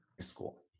school